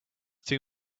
too